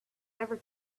ever